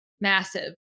massive